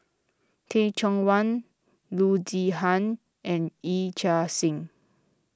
Teh Cheang Wan Loo Zihan and Yee Chia Hsing